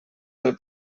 del